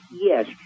yes